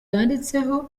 yanditseho